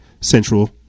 Central